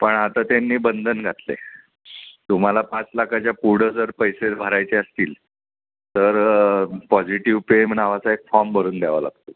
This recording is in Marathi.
पण आता त्यांनी बंधन घातलं आहे तुम्हाला पाच लाखाच्या पुढं जर पैसे भरायचे असतील तर पॉझिटिव्ह पे म नावाचा एक फॉर्म भरून द्यावा लागतो